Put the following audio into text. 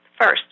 First